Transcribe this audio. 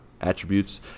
attributes